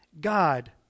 God